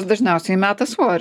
dažniausiai meta svorį